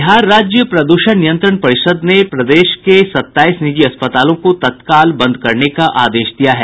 बिहार राज्य प्रदूषण नियंत्रण परिषद् ने प्रदेश के सत्ताईस निजी अस्पतालों को तत्काल बंद करने का आदेश दिया है